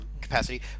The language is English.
capacity